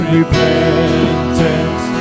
Repentance